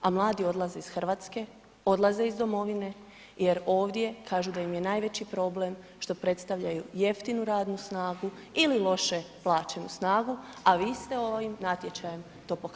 A mladi odlaze iz Hrvatske, odlaze iz domovine jer ovdje kažu da im je najveći problem što predstavljaju jeftinu radnu snagu ili loše plaćenu snagu a vi ste ovim natječajem to pokazali.